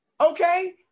okay